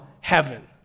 heaven